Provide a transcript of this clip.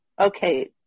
okay